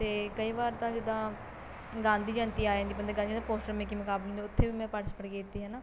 ਅਤੇ ਕਈ ਵਾਰ ਤਾਂ ਜਿੱਦਾਂ ਗਾਂਧੀ ਜੈਯੰਤੀ ਆ ਜਾਂਦੀ ਬੰਦੇ ਗਾਂਧੀ ਜੈਯੰ ਪੋਸਟਰ ਮੇਕਿੰਗ ਮੁਕਾਬਲੇ ਹੁੰਦੇ ਉੱਥੇ ਵੀ ਮੈਂ ਪਾਰਟੀਸਪੇਟ ਕੀਤੀ ਹੈ ਨਾ